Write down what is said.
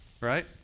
right